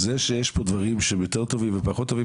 זה שיש פה דברים שהם יותר טובים ופחות טובים